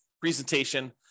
presentation